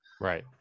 Right